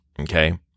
okay